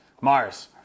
Mars